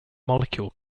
molecule